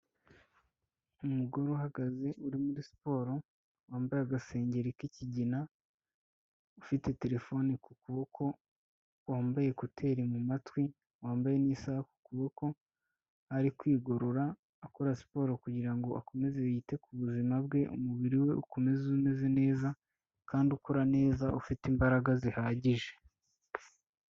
Umugore uhagaze, uri muri siporo, wambaye agasengeri k'ikigina, ufite telefoni ku kuboko, wambaye kuteri mu matwi, wambaye n'isaha ku kuboko, ari kwigorora, akora siporo kugira ngo akomeze yite ku buzima bwe, umubiri we ukomeze umeze neza kandi ukorara neza, ufite imbaraga zihagije.